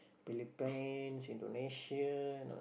Philippines Indonesia no